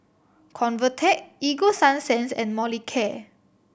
Convatec Ego Sunsense and Molicare